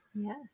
Yes